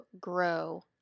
grow